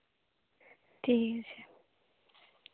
ᱴᱷᱤᱠ ᱜᱮᱭᱟ